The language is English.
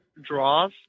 draws